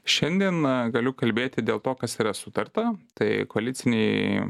šiandien galiu kalbėti dėl to kas yra sutarta tai koalicinėj